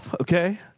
Okay